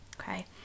Okay